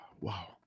wow